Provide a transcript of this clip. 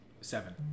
Seven